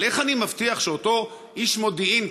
אבל איך אני מבטיח שאותו איש מודיעין,